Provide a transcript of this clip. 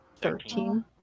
Thirteen